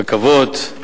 רכבות.